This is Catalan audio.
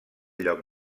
lloc